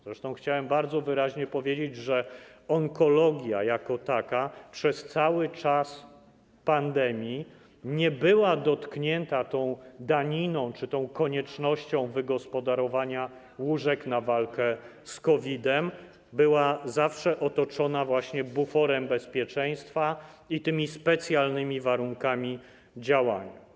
Zresztą chciałem bardzo wyraźnie podkreślić, że onkologia jako taka przez cały czas pandemii nie była dotknięta tą daniną czy tą koniecznością wygospodarowania łóżek na walkę z COVID-em, była zawsze otoczona buforem bezpieczeństwa, dotyczyły jej specjalne warunki działania.